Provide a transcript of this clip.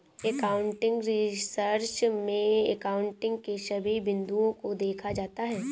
accounting research में accounting के सभी बिंदुओं को देखा जाता है